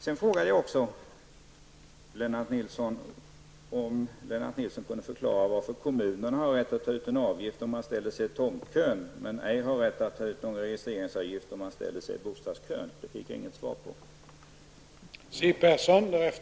Jag frågade också om Lennart Nilsson kunde förklara varför kommunerna har rätt att ta ut en avgift när man ställer sig i tomtkön men ej har rätt att ta ut någon registreringsavgift när man ställer sig i bostadskön. Jag fick inget svar på den frågan.